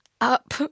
up